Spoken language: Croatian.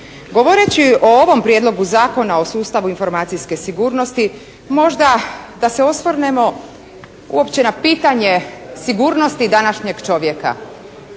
Govoreći o ovom prijedlogu Zakona o sustavu informacijske sigurnosti možda da se osvrnemo uopće na pitanje sigurnosti današnjeg čovjeka.